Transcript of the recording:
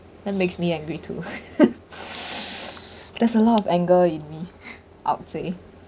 that makes me angry too there's a lot of anger in me I'd say